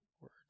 words